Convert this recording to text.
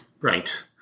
Right